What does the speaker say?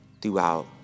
throughout